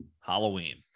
Halloween